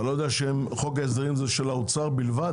אתה לא יודע שחוק ההסדרים זה של האוצר בלבד?